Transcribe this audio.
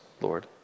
Lord